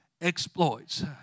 exploits